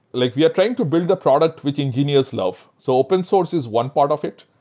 like we are trying to build a product with ingenious love. so open source is one part of it.